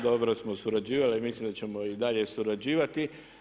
Dobro smo surađivali, mislim da ćemo i dalje surađivati.